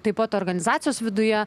taip pat organizacijos viduje